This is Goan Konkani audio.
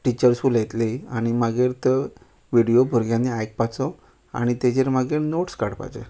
टिचर्स उलयतलीं आनी मागीर त्यो विडयो भुरग्यांनी आयकपाचो आनी ताजेर मागीर नोट्स काडपाचे